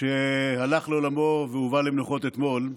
שהלך לעולמו והובא למנוחות אתמול.